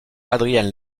adrien